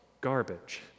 garbage